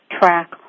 Track